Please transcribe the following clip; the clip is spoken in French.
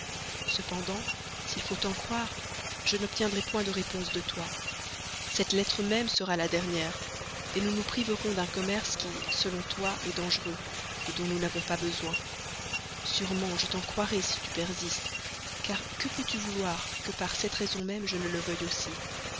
cependant s'il faut t'en croire je n'obtiendrai point de réponse de toi cette lettre même sera la dernière nous nous priverons d'un commerce qui selon toi est dangereux dont nous n'avons pas besoin sûrement je t'en croirai si tu persistes car que peux-tu vouloir que par cette raison même je ne le veuille aussi